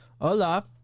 hola